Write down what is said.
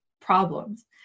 problems